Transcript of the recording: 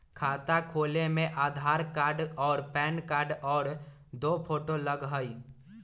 खाता खोले में आधार कार्ड और पेन कार्ड और दो फोटो लगहई?